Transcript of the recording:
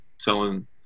telling –